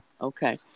Okay